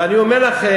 ואני אומר לכם,